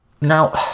Now